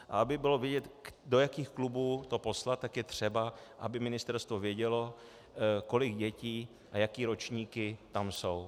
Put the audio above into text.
A aby bylo vidět, do jakých klubů to poslat, tak je třeba, aby ministerstvo vědělo, kolik dětí a jaké ročníky tam jsou.